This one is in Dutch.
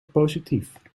positief